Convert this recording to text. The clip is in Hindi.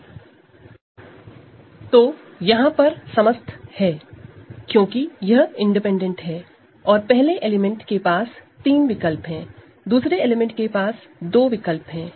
Refer Slide Time 2026 तो यहां पर समस्त है क्योंकि यह इंडिपैंडेंट है और पहले एलिमेंट के पास तीन विकल्प है दूसरे एलिमेंट के पास दो विकल्प हैं